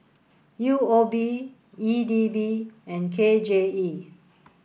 U O B E D B and K J E